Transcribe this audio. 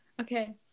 Okay